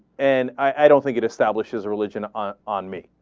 and i don't think it establishes a religion on on me.